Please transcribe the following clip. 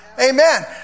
Amen